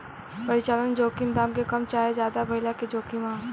परिचालन जोखिम दाम के कम चाहे ज्यादे भाइला के जोखिम ह